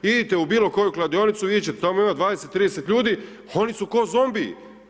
Idite u bilokoju kladionicu i vidjet ćete, tamo ima 20, 30 ljudi, oni su ko zombiji.